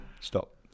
Stop